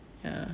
ya